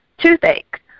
toothache